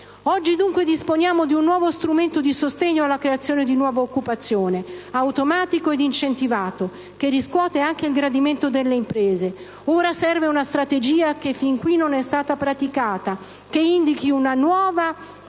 Oggi dunque disponiamo di un nuovo strumento di sostegno alla creazione di nuova occupazione, automatico ed incentivato, che riscuote anche il gradimento delle imprese. Ora serve una strategia, che fin qui non è stata praticata, che indichi una nuova